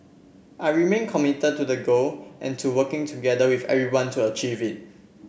I remain committed to the goal and to working together with everyone to achieve it